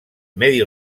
medi